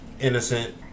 Innocent